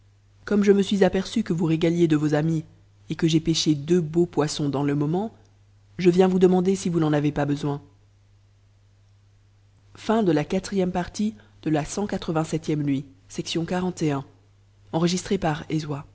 comme je me suis aperçu que vous régaliez de os amis et que j'ai pêché deux beaux poissons dans le moment je tiens vous demander si vous n'en avez pas besoin